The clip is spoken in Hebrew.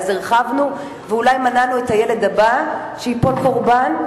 אז הרחבנו, ואולי מנענו את הילד הבא מליפול קורבן.